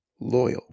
Loyal